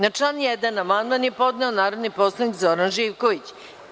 Na član 1. amandman je podneo narodni poslanik Zoran Živković.